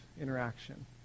interaction